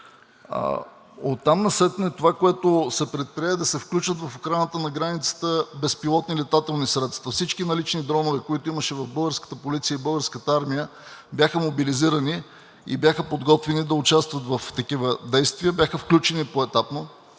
Оттам насетне това, което се предприе, е да се включат в охраната на границата безпилотни летателни средства. Всички налични дронове, които имаше в българската полиция и българската армия, бяха мобилизирани и бяха подготвени да участват в такива действия. Бяха включени поетапно,